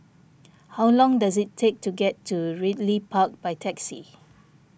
how long does it take to get to Ridley Park by taxi